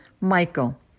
Michael